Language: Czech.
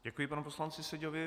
Děkuji panu poslanci Seďovi.